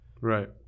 Right